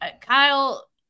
Kyle